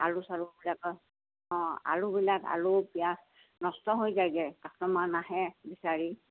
আলু চালু বিলাকৰ অঁ আলু বিলাক আলু পিঁয়াজ নষ্ট হৈ যায়গৈ কাষ্টমাৰ নাহে বিচাৰি